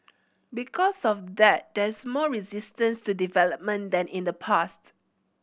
because of that there's more resistance to development than in the pasts